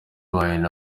wine